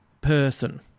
person